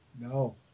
No